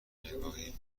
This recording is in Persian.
نگاهی